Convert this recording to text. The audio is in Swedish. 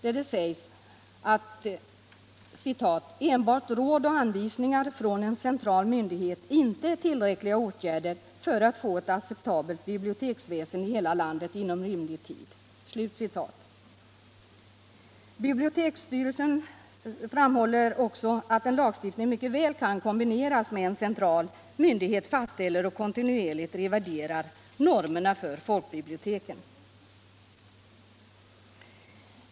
I det yttrandet sägs att ”enbart råd och anvisningar från en central myndighet inte är tillräckliga åtgärder för att få ett acceptabelt biblioteksväsen i hela landet inom rimlig tid.” BIS framhåller också att en lagstiftning mycket väl kan kombineras med att en central myndighet fastställer och kontinuerligt reviderar normerna för folkbiblioteken.